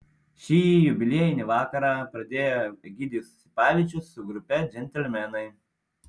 šį jubiliejinį vakarą pradėjo egidijus sipavičius su grupe džentelmenai